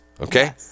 okay